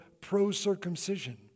pro-circumcision